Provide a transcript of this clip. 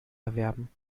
erwerben